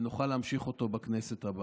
ונוכל להמשיך אותו בכנסת הבאה.